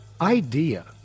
idea